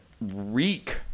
Reek